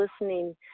listening